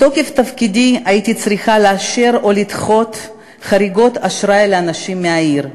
מתוקף תפקידי הייתי צריכה לאשר או לדחות חריגות אשראי לאנשים מהעיר,